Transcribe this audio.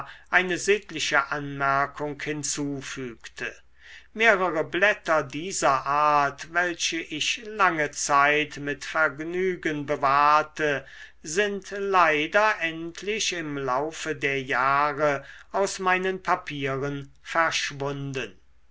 eine sittliche anmerkung hinzufügte mehrere blätter dieser art welche ich lange zeit mit vergnügen bewahrte sind leider endlich im lauf der jahre aus meinen papieren verschwunden